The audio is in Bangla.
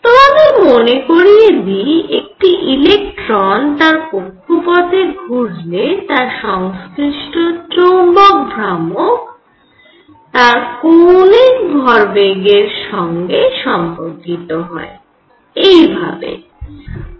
তোমাদের মনে করিয়ে দিই একটি ইলেকট্রন তার কক্ষপথে ঘুরলে তার সংশ্লিষ্ট চৌম্বক ভ্রামক তার কৌণিক ভরবেগের সঙ্গে সম্পর্কিত হয় এই ভাবে μel2m